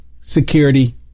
security